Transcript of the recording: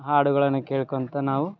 ಹಾಡುಗಳನ್ನು ಕೇಳ್ಕೊತ ನಾವು